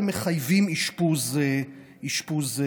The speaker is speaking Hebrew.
שמחייבים אשפוז כפוי.